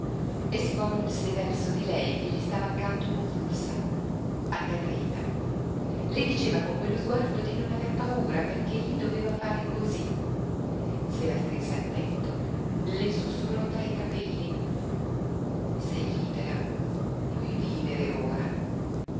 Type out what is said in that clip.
e si volse verso di lei che gli stava accanto convulsa atterrita le diceva con quello sguardo di non aver paura perché egli doveva fare cosí se la strinse al petto le sussurrò tra i capelli sei libera puoi vivere ora